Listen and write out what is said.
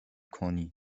کنی